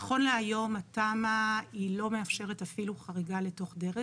נכון להיום התמ"א היא לא מאפשרת אפילו חריגה לתוך דרך,